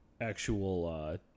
actual